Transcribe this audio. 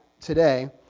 today